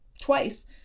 twice